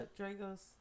Dragos